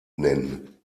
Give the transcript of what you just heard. nennen